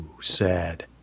sad